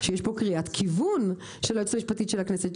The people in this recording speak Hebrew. שיש פה קריאת כיוון של היועצת המשפטית של הכנסת,